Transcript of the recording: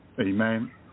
amen